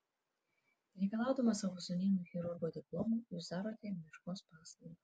reikalaudamas savo sūnėnui chirurgo diplomo jūs darote jam meškos paslaugą